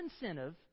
incentive